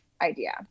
idea